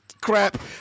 Crap